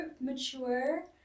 mature